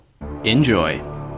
Enjoy